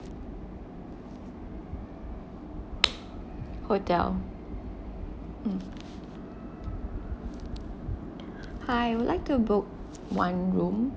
hotel mm hi I would like to book one room